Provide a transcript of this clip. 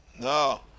No